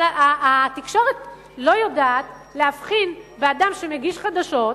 אבל התקשורת לא יודעת להבחין באדם שמגיש חדשות,